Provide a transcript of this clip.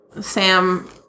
Sam